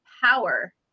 power